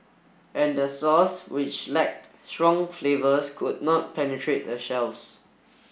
and the sauce which lacked strong flavours could not penetrate the shells